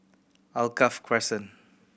Alkaff Crescent